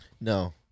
No